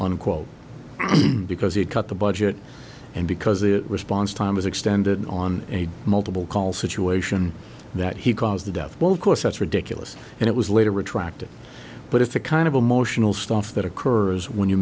on quote because he cut the budget and because the response time was extended on a multiple call situation that he caused the death well of course that's ridiculous and it was later retracted but if a kind of emotional stuff that occurs when you